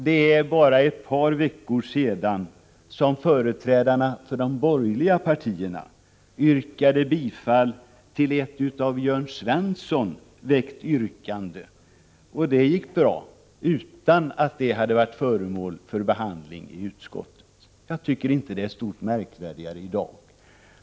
Det är bara ett par veckor sedan som företrädarna för de borgerliga partierna anslöt sig till ett av Jörn Svensson ställt yrkande, och det gick bra utan att det hade varit föremål för behandling i utskottet. Jag tycker inte att det är stort märkvärdigare i dag.